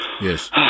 Yes